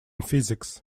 physics